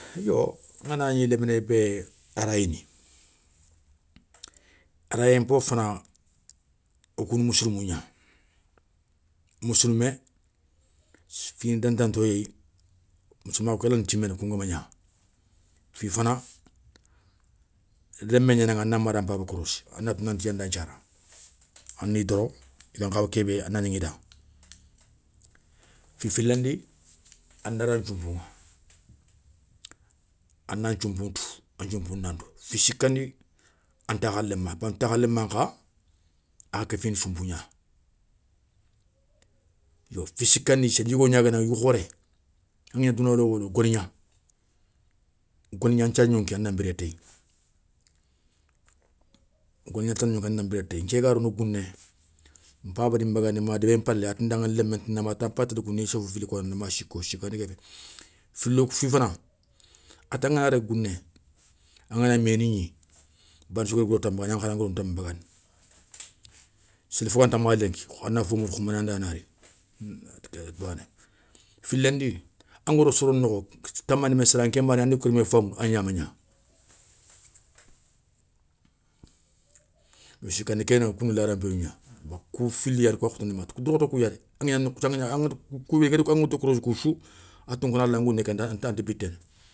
Yo nganagni léminé bé arayini arayé npo fana, o kouna missilmo gna, missilmé fini dantanto yéyi, missilmakhou ké ranta timéné koungama gna. Fi fana lémmé gnanaŋa a na mada npaba korossi, a na tou nanti. i yanda nthiara a ni doro, i gan khawa kébé a na gnaŋi da, fi filandi andara nthiounpou; a na nthiounpou ntou, a nthiounpou nan tou, fi sikandi an takha léma, bawoni takhaléman nkha, a kéfini sounpou gna, yo fi sikandi séli yougo gna gueunaŋa yougou khoré, angagna douna lowolowolo golgna, golgna ta gnonki a na biré téye, nké ga rono gouné, npaba di nbagandi ma débé npalé, a tinda lémé nti namou ata npay télé gouné, i ya sofo fili koŋanda ma siko, sikandé ké, filo fi fana, a ta ngana daga gouné angana méni gni, bané sou gadi godon tami bagandi ankhana ngodo tami bagandi. Séli fo gantamakha lenki a na fo mourou khoubané anda na ri, bané filandi anga ro soro nokho ta mané mé séré andiga kori mé famounou agna magna. yo sikandi ké kouna lada npéyou gna, kou fili ada kouya khotondi makha, a ti dourkhoto kouya dé angagna nokhou sou angana dou korossi kou sou a tounkanala ya, angouné ké anta biténé.